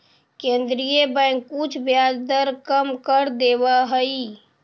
केन्द्रीय बैंक कुछ ब्याज दर कम कर देवऽ हइ